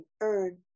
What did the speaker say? earn